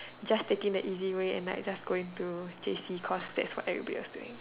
just taking the easy way and like just go to J_C cause that's what everybody was doing